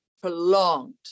prolonged